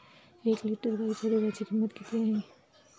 एक लिटर गाईच्या दुधाची किंमत किती आहे?